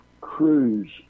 cruise